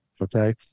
okay